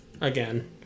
again